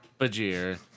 Bajir